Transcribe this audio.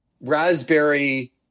raspberry